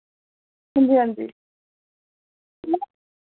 हांजी हांजी